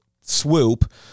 swoop